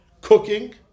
cooking